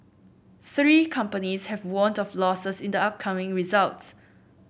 three companies have warned of losses in the upcoming results